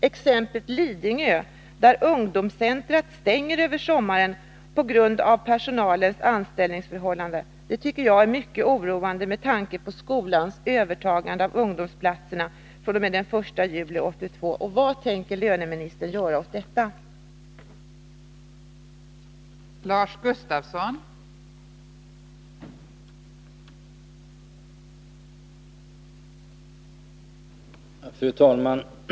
Exemplet Lidingö, där ungdomscentret stänger över sommaren på grund av personalens anställningsförhållanden, är oroande med tanke på skolans övertagande av ungdomsplatserna fr.o.m. den 1 juli 1982. Vad tänker löneministern göra åt detta? ser inom den statliga förvaltningen ser inom den statliga förvaltningen